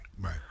Right